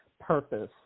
purpose